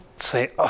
Say